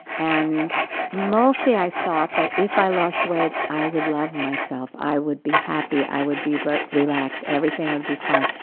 and mostly i thought that if i lost weight, i would love myself. i would be happy. i would be but relaxed. everything would be fine.